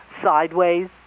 Sideways